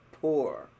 poor